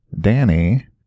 Danny